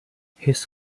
his